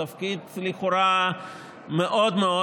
בתפקיד לכאורה מאוד מאוד